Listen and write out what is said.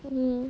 um